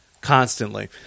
constantly